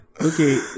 okay